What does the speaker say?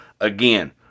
Again